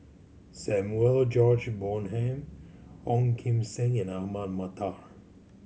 Samuel George Bonham Ong Kim Seng and Ahmad Mattar